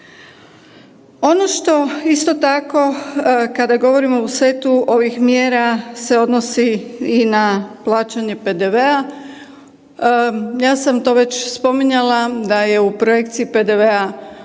Ono što isto tako kada govorimo o setu ovih mjera se odnosi i na plaćanje PDV-a, ja sam to već spominjala da je u projekciji PDV-a